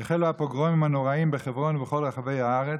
החלו הפוגרומים הנוראיים בחברון ובכל רחבי הארץ,